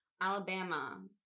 Alabama